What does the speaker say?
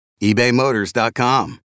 ebaymotors.com